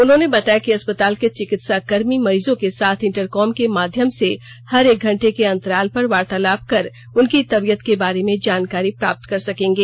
उन्होंने बताया कि अस्पताल के चिकित्सा कर्मी मरीजों के साथ इंटरकॉम के माध्यम से हर एक घंटे के अंतराल पर वार्तालाप कर उनकी तबीयत के बारे में जानकारी प्राप्त कर सकेंगे